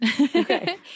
Okay